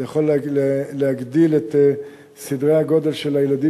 זה יכול להגדיל את סדרי הגודל של הילדים